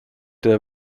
der